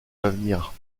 l’avenir